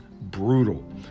brutal